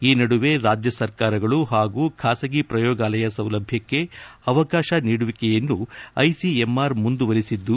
ಈ ನಡುವೆ ರಾಜ್ಯ ಸರ್ಕಾರಗಳು ಪಾಗೂ ಖಾಸಗಿ ಪ್ರಯೋಗಾಲಯ ಸೌಲಭ್ಯಕ್ಷೆ ಅವಕಾರ ನೀಡುವಿಕೆಯನ್ನು ಐಸಿಎಂಆರ್ ಮುಂದುವರೆಸಿದ್ದು